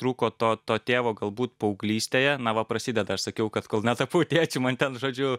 trūko to to tėvo galbūt paauglystėje na va prasideda aš sakiau kad kol netapau tėčiu man ten žodžiu